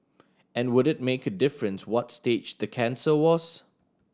and would it make a difference what stage the cancer was